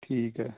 ਠੀਕ ਹੈ